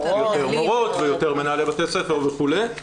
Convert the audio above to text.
יותר מורות ויותר מנהלי בתי ספר וכולי.